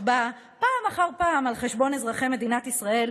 באה פעם אחר פעם על חשבון אזרחי מדינת ישראל,